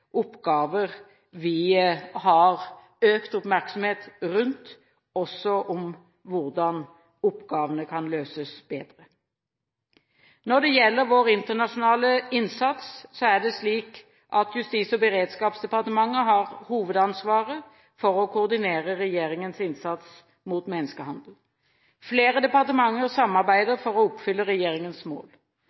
oppgaver vi har økt oppmerksomhet rundt – også om hvordan oppgavene kan løses bedre. Når det gjelder vår internasjonale innsats, er det slik at Justis- og beredskapsdepartementet har hovedansvaret for å koordinere regjeringens innsats mot menneskehandel. Flere departementer samarbeider for å oppfylle regjeringens mål.